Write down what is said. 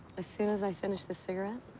as soon as i finish this cigarette,